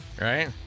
right